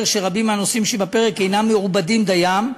שרבים מהנושאים שבפרק אינם מעובדים דיים.